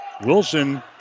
Wilson